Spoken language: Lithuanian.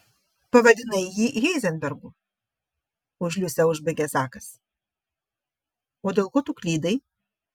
pavadinai jį heizenbergu už liusę užbaigė zakas o dėl ko tu klydai